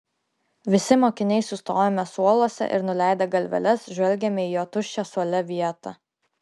visi mokiniai sustojome suoluose ir nuleidę galveles žvelgėme į jo tuščią suole vietą